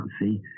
see